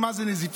מה זה נזיפה,